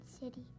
City